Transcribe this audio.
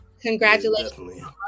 Congratulations